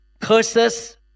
curses